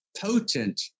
potent